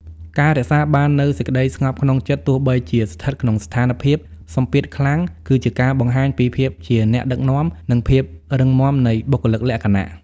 ការរក្សាបាននូវសេចក្ដីស្ងប់ក្នុងចិត្ត ទោះបីជាស្ថិតក្នុងស្ថានភាពសម្ពាធខ្លាំង គឺជាការបង្ហាញពីភាពជាអ្នកដឹកនាំ និងភាពរឹងមាំនៃបុគ្គលិកលក្ខណៈ។